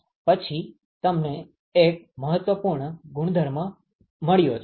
પછી તમને એક મહત્વપૂર્ણ ગુણધર્મ મળ્યો છે